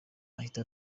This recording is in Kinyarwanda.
ahita